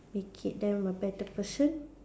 making them a better person